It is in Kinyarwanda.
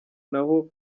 naho